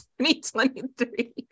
2023